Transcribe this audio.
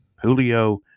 Julio